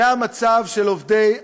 זה המצב של עובדי עמ"י,